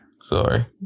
Sorry